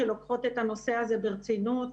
שלוקחות את הנושא הזה ברצינות,